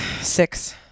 Six